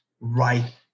right